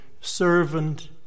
servant